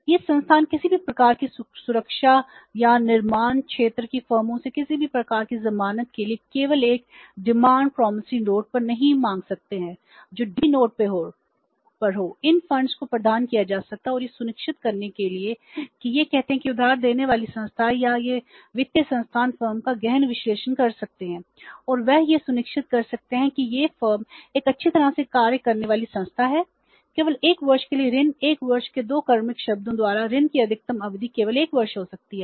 ये संस्थान किसी भी प्रकार की सुरक्षा या निर्माण क्षेत्र की फर्मों से किसी भी प्रकार की जमानत के लिए केवल एक डिमांड प्रॉमिसरी नोट को प्रदान किया जा सकता है और यह सुनिश्चित करने के लिए कि ये कहते हैं कि उधार देने वाली संस्थाएं या ये वित्तीय संस्थान फर्म का गहन विश्लेषण कर सकते हैं और वे यह सुनिश्चित कर सकते हैं कि यह फर्म एक अच्छी तरह से कार्य करने वाली संस्था है केवल 1 वर्ष के लिए ऋण 1 वर्ष के 2 क्रमिक शब्दों द्वारा ऋण की अधिकतम अवधि केवल एक वर्ष हो सकती है